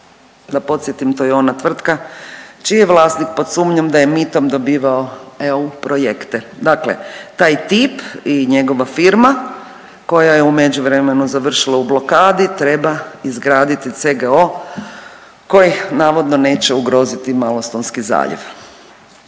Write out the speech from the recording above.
da podsjetim to je ona tvrtka čiji je vlasnik pod sumnjom da je mitom dobivao eu projekte. Dakle, taj tip i njegova firma koja je u međuvremenu završila u blokadi treba izgraditi CGO koji navodno neće ugroziti Malostonski zaljev.